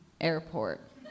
airport